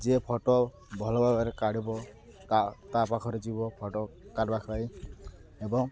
ଯିଏ ଫଟୋ ଭଲ ଭାବରେ କାଢ଼ିବ ତା ତା ପାଖରେ ଯିବ ଫଟୋ କାଢ଼ିବା ପାଇଁ ଏବଂ